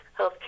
healthcare